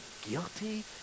guilty